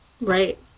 Right